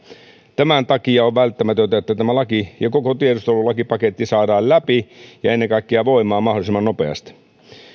tämän takia on välttämätöntä että tämä laki ja koko tiedustelulakipaketti saadaan läpi ja ennen kaikkea voimaan mahdollisimman nopeasti